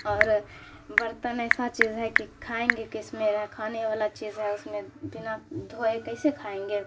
اور برتن ایسا چیز ہے کہ کھائیں گے کس میں کھانے والا چیز ہے اس میں بنا دھوئے کیسے کھائیں گے